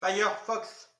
firefox